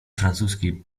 francuskiej